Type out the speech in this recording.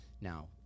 now